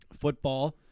Football